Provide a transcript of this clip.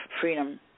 freedom